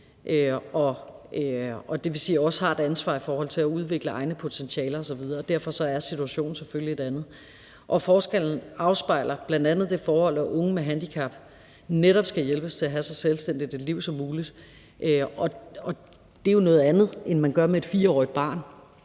dvs. også har et ansvar for at udvikle egne potentialer osv. Derfor er situationen selvfølgelig en anden. Forskellen afspejler bl.a. det forhold, at unge med handicap netop skal hjælpes til at have så selvstændigt et liv som muligt, og det er jo noget andet, end man gør med et 4-årigt barn.